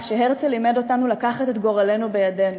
שהרצל לימד אותנו לקחת את גורלנו בידינו.